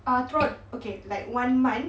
ah throughout okay like one month